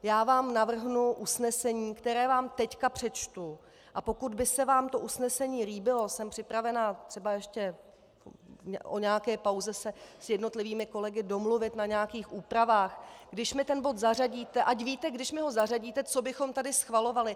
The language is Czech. Já vám navrhnu usnesení, které vám teď přečtou, a pokud by se vám to usnesení líbilo, jsem připravena třeba ještě o nějaké pauze se s jednotlivými kolegy domluvit na nějakých úpravách, ať víte, když mi ten bod zařadíte, co bychom tady schvalovali.